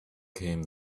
came